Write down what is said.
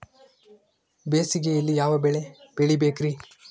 ಬೇಸಿಗೆಯಲ್ಲಿ ಯಾವ ಬೆಳೆ ಬೆಳಿಬೇಕ್ರಿ?